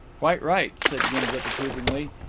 quite right, said gimblet approvingly.